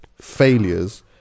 failures